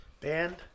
band